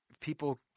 people